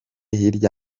hirya